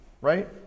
right